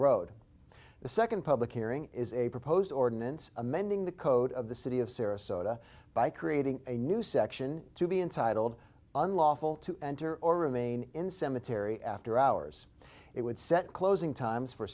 road the second public hearing is a proposed ordinance amending the code of the city of sarasota by creating a new section to be entitled unlawful to enter or remain in cemetery after hours it would set closing times for